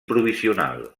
provisional